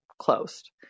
closed